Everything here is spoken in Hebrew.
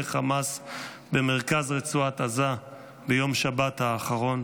חמאס במרכז רצועת עזה ביום שבת האחרון,